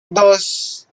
dos